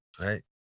right